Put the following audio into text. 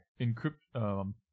Encrypt